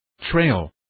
Trail